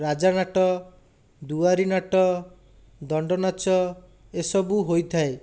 ରାଜାନାଟ ଦୁଆରିନାଟ ଦଣ୍ଡନାଚ ଏସବୁ ହୋଇଥାଏ